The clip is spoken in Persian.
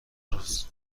روز